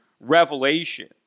revelation